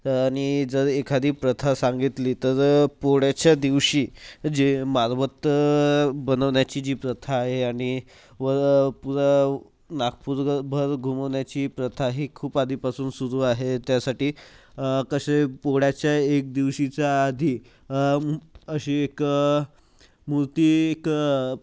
आणि जर एखादी प्रथा सांगितली तर पोळ्याच्या दिवशी जे मारबत बनवण्याची जी प्रथा आहे आणि व पुरा नागपूरभर घुमवण्याची प्रथा ही खूप आधीपासून सुरू आहे त्यासाठी कसे पोळ्याच्या एक दिवशीच्या आधी अशी एक मूर्ती एक